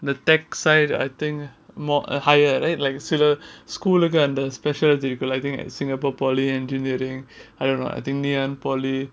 the technology side I think more uh higher right like சில:sila school கு அந்த:ku antha and the specialty இருக்கும்ல:irukkumla singapore polytechnic engineering I don't know I think ngee ann polytechnic